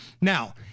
Now